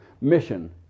mission